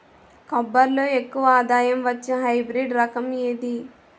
కొబ్బరి లో ఎక్కువ ఆదాయం వచ్చే హైబ్రిడ్ రకం ఏది?